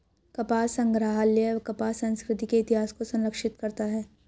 कपास संग्रहालय कपास संस्कृति के इतिहास को संरक्षित करता है